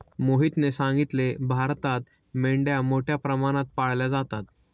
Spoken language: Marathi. मोहितने सांगितले, भारतात मेंढ्या मोठ्या प्रमाणात पाळल्या जातात